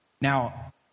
Now